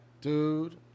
Dude